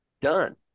done